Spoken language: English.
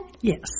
Yes